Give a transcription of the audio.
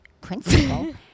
Principal